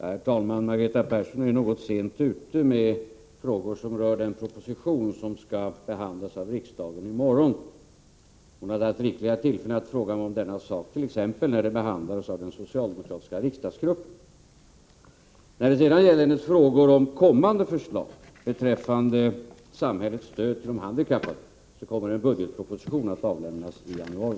Herr talman! Margareta Persson är något sent ute med frågor som rör den proposition som skall behandlas av riksdagen i morgon. Hon hade haft rika tillfällen att fråga mig om denna sak, t.ex. när den behandlades av den socialdemokratiska riksdagsgruppen. När det sedan gäller Margareta Perssons frågor om kommande förslag beträffande samhällets stöd för de handikappade vill jag bara säga att en budgetproposition kommer att avlämnas i januari.